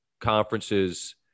conferences